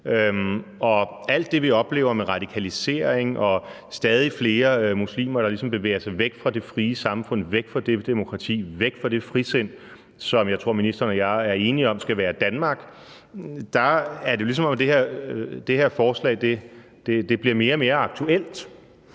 alt det, vi oplever med radikalisering, nemlig at stadig flere muslimer ligesom bevæger sig væk fra det frie samfund, væk fra demokratiet, væk fra det frisind, som jeg tror at ministeren og jeg er enige om skal være Danmark, er det, som om det her forslag bliver mere og mere aktuelt.